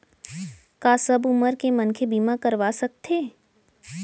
का सब उमर के मनखे बीमा करवा सकथे?